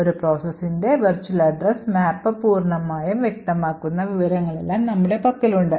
ഒരു പ്രോസസ്സിൻറെ virtual address map പൂർണ്ണമായും വ്യക്തമാക്കുന്ന വിവരങ്ങളെല്ലാം നമ്മുടെ പക്കലുണ്ട്